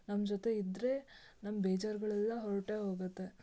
ನಮ್ಮ ಜೊತೆ ಇದ್ದರೆ ನಮ್ಮ ಬೇಜಾರುಗಳೆಲ್ಲ ಹೊರಟೇ ಹೋಗುತ್ತೆ